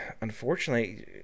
unfortunately